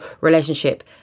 relationship